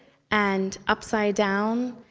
and upside down,